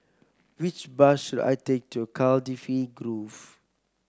which bus should I take to Cardifi Grove